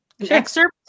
excerpt